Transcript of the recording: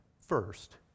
first